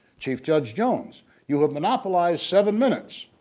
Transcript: chief judge jones you have monopolized seven minutes,